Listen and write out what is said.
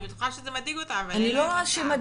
אני בטוחה שזה מדאיג אותם אבל --- אני לא רואה שמדאיג,